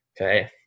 Okay